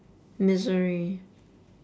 misery